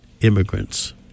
immigrants